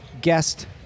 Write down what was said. guest